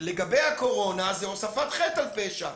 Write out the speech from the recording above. לגבי הקורונה, זה הוספת חטא על פשע.